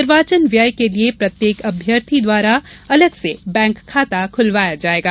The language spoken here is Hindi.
निर्वाचन व्यय के लिये प्रत्येक अभ्यर्थी द्वारा अलग से बैंक खाता खुलवाया जाएगा